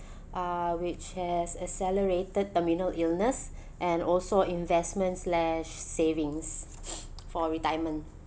uh which has accelerated terminal illness and also investments slash savings for retirement